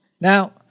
Now